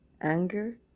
anger